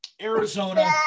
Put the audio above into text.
Arizona